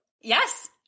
Yes